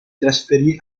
trasferì